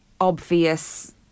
obvious